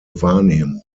wahrnehmung